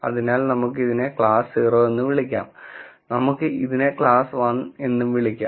അതിനാൽ നമുക്ക് ഇതിനെ ക്ലാസ് 0 എന്ന് വിളിക്കാം നമുക്ക് ഇതിനെ ക്ലാസ് 1 എന്നും വിളിക്കാം